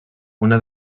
una